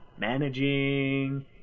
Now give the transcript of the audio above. managing